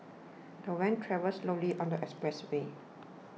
the van travelled slowly on the expressway